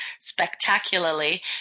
spectacularly